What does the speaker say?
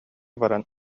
баран